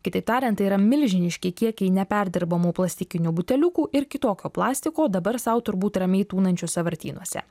kitaip tariant tai yra milžiniški kiekiai neperdirbamų plastikinių buteliukų ir kitokio plastiko dabar sau turbūt ramiai tūnančių sąvartynuose